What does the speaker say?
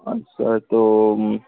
আচ্ছা তো